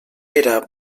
era